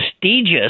prestigious